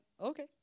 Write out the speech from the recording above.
okay